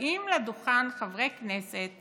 באים לדוכן חברי כנסת